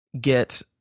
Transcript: get